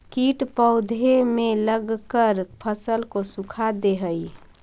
कीट पौधे में लगकर फसल को सुखा दे हई